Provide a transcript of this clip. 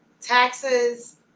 taxes